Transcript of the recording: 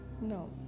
No